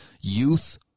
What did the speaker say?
youth